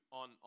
on